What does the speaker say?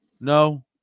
No